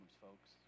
folks